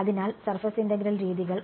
അതിനാൽ surface integral രീതികൾ